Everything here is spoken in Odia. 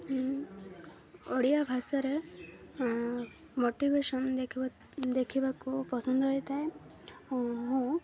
ଓଡ଼ିଆ ଭାଷାରେ ମୋଟିଭେସନ୍ ଦେଖିବାକୁ ପସନ୍ଦ ହୋଇଥାଏ ଓ ମୁଁ